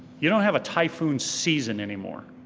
you don't have a typhoon season anymore.